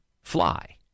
fly